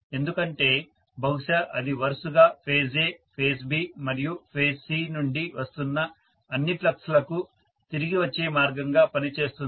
ఎందుకంటే బహుశా అది వరుసగా ఫేజ్ A ఫేజ్ B మరియు ఫేజ్ C నుండి వస్తున్న అన్ని ఫ్లక్స్లకు తిరిగి వచ్చే మార్గంగా పనిచేస్తుంది